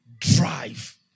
drive